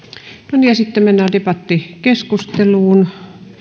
no niin ja sitten mennään debattikeskusteluun